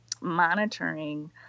monitoring